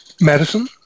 medicine